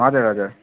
हजुर हजुर